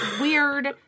weird